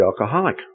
alcoholic